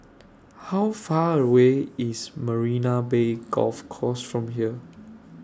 How Far away IS Marina Bay Golf Course from here